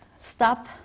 stop